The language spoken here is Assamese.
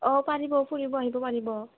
অঁ পাৰিব ফুৰিব আহিব পাৰিব